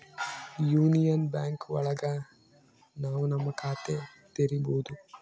union Bank ಒಳಗ ನಾವ್ ನಮ್ ಖಾತೆ ತೆರಿಬೋದು